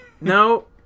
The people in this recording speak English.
No